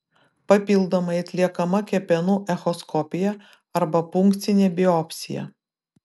papildomai atliekama kepenų echoskopija arba punkcinė biopsija